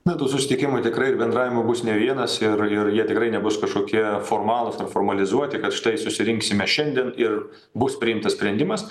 na tų susitikimų tikrai ir bendravimo bus ne vienas ir ir jie tikrai nebus kažkokie formalūs ar formalizuoti kad štai susirinksime šiandien ir bus priimtas sprendimas